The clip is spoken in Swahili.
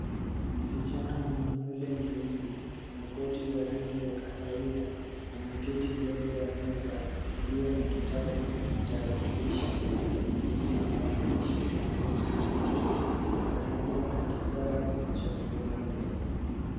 Msichana mwenye nywele nyeusi na koti la rangi ya kahawia. Ameketi mbele ya meza iliyo na kitabu na tarakilishi ina maandishi kwenye skrini pamoja na kifaa cha kubonyeza.